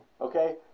okay